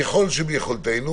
ככל שביכולתנו